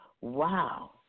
Wow